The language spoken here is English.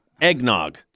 eggnog